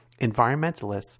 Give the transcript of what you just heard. environmentalists